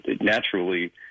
naturally